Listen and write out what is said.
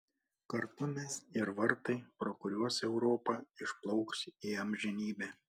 kartu mes ir vartai pro kuriuos europa išplauks į amžinybę